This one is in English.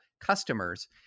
customers